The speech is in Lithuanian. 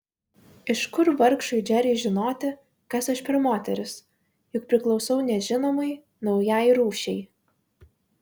iš kur vargšui džeriui žinoti kas aš per moteris juk priklausau nežinomai naujai rūšiai